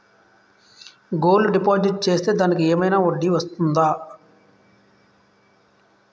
Gold deposit చేస్తే దానికి ఏమైనా వడ్డీ వస్తుందా?